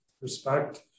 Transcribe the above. respect